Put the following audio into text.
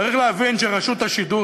צריך להבין שרשות השידור,